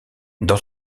dans